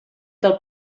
del